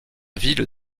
ville